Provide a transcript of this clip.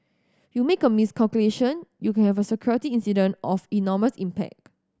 you make a miscalculation you can have a security incident of enormous impact